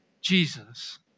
Jesus